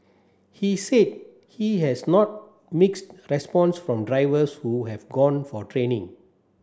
he said he has not mixed response from drivers who have gone for training